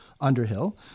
Underhill